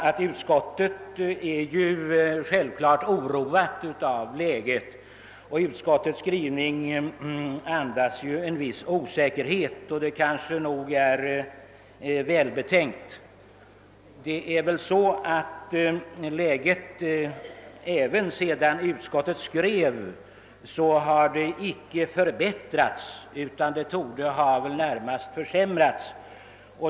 Även utskottet är givetvis oroat av läget, och dess skrivning andas också en viss osäkerhet. Detta är naturligt. Läget har inte heller förbättrats sedan utskottets utlåtande skrevs, utan det torde i stället snarast ha försämrats.